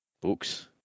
books